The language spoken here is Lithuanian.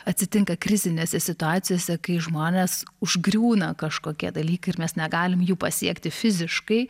atsitinka krizinėse situacijose kai žmones užgriūna kažkokie dalykai ir mes negalim jų pasiekti fiziškai